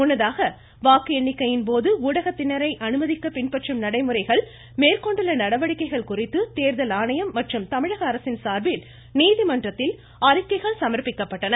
முன்னதாக வாக்கு எண்ணிக்கையின் போது ஊடகத்தினரை அனுமதிக்க பின்பற்றும் நடைமுறைகள் மேற்கொண்டுள்ள நடவடிக்கைகள் குறித்து தேர்தல் ஆணையம் மற்றும் தமிழக அரசின் சார்பில் நீதிமன்றத்தில் அறிக்கைகள் சமர்ப்பிக்கப்பட்டன